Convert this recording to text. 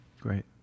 Great